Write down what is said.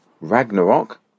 Ragnarok